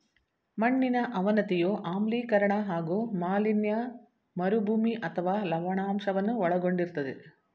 ಮಣ್ಣಿನ ಅವನತಿಯು ಆಮ್ಲೀಕರಣ ಹಾಗೂ ಮಾಲಿನ್ಯ ಮರುಭೂಮಿ ಅಥವಾ ಲವಣಾಂಶವನ್ನು ಒಳಗೊಂಡಿರ್ತದೆ